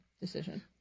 decision